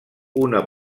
una